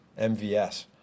MVS